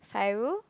Khairul